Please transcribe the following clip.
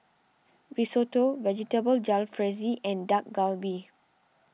Risotto Vegetable Jalfrezi and Dak Galbi